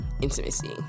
intimacy